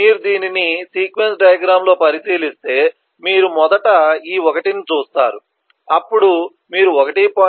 మీరు దీనిని sequence diagram లో పరిశీలిస్తే మీరు మొదట ఈ 1 ని చూస్తారు అప్పుడు మీరు 1